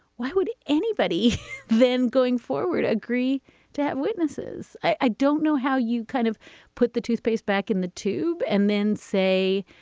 why would anybody then, going forward agree to have witnesses? i don't know how you kind of put the toothpaste back in the tube and then say,